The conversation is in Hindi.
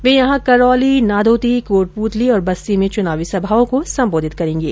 वे यहां करौली नादोती कोटपूतली और बस्सी में चुनावी सभाओं को संबोधित करेंगे